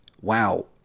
wow